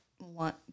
want